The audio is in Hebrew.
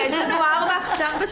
יש לנו פה ארבע שנים,